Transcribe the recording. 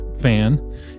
fan